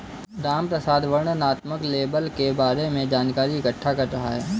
रामप्रसाद वर्णनात्मक लेबल के बारे में जानकारी इकट्ठा कर रहा है